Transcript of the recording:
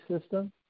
system